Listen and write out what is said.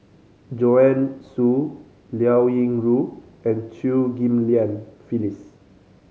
Joanne Soo Liao Yingru and Chew Ghim Lian Phyllis